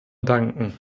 danken